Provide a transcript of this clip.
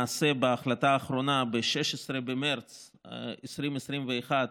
למעשה, בהחלטה האחרונה, ב-16 במרץ 2021,